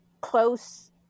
close